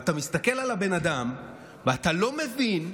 ואתה מסתכל על הבן אדם ואתה לא מבין,